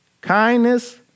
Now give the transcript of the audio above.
kindness